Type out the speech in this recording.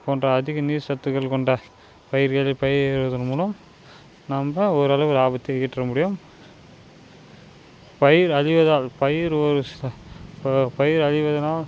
போன்ற அதிக நீர் சத்துக்கள் கொண்ட பயிர்களை பயிரிடுவதன் மூலம் நம்ப ஓரளவு லாபத்தை ஈட்டிற முடியும் பயிர் அழிவதால் பயிர் ஒரு ப பயிர் அழிவதனால்